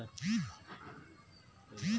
वित्तीयन हेतु ऋण लिया जा सकता है